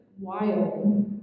wild